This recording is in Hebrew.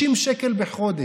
60 שקל בחודש.